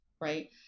Right